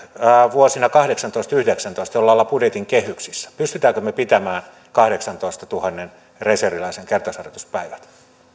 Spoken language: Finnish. vuosina kahdeksantoista viiva yhdeksäntoista jolloin ollaan budjetin kehyksissä pystymmekö me pitämään kahdeksantoistatuhannen reserviläisen kertausharjoituspäivät